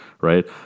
right